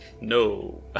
No